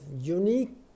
unique